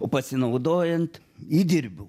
o pasinaudojant įdirbiu